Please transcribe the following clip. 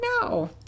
no